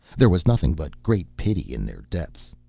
there was nothing but great pity in their depths.